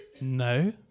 no